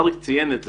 אריק ציין את זה.